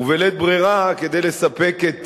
ובלית ברירה, כדי לספק את